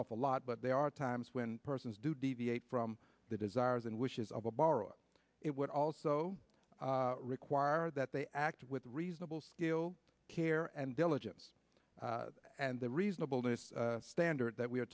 awful lot but there are times when persons do deviate from the desires and wishes of a borrower it would also require that they act with reasonable skill care and diligence and the reasonable this standard that we are